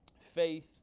Faith